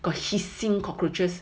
got hissing cockroaches